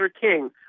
King